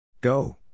Go